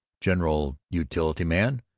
general utility man,